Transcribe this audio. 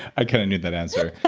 i kind of knew that answer.